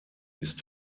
ist